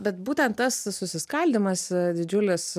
bet būtent tas susiskaldymas didžiulis